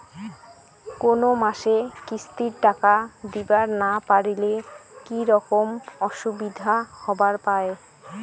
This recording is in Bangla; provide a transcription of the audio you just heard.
কোনো মাসে কিস্তির টাকা দিবার না পারিলে কি রকম অসুবিধা হবার পায়?